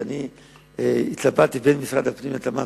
כשאני התלבטתי בין משרד הפנים לתמ"ת,